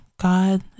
God